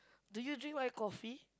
do you drink white coffee